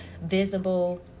visible